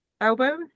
elbow